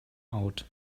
out